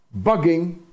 bugging